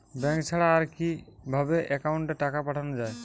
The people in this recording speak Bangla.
ব্যাঙ্ক ছাড়া আর কিভাবে একাউন্টে টাকা পাঠানো য়ায়?